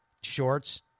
shorts